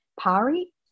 PARI